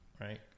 right